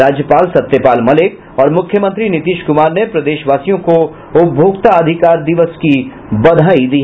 राज्यपाल सत्यपाल मलिक और मुख्यमंत्री नीतीश कुमार ने प्रदेशवासियों को उपभोक्ता अधिकार दिवस की बधाई दी